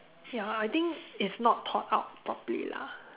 ya I think it's not thought out properly lah